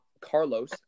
Carlos